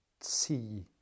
see